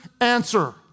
answer